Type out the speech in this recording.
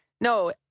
no